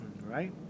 right